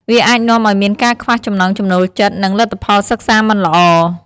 វាអាចនាំឲ្យមានការខ្វះចំណង់ចំណូលចិត្ត និងលទ្ធផលសិក្សាមិនល្អ។